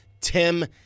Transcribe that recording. Tim